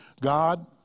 God